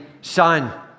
son